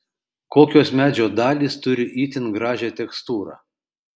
kokios medžio dalys turi itin gražią tekstūrą